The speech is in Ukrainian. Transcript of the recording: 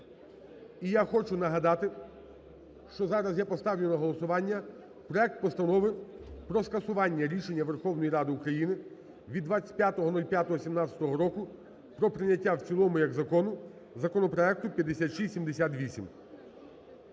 І я хочу нагадати, що зараз я поставлю на голосування проект Постанови про скасування рішення Верховної Ради України від 25.05.17 року про прийняття в цілому як Закону законопроекту 5678.